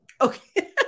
Okay